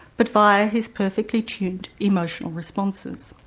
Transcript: but via his perfectly tuned emotional responses?